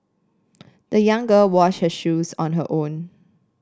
the young girl wash her shoes on her own